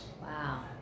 Wow